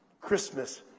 Christmas